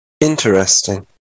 Interesting